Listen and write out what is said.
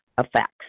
Effects